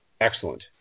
excellent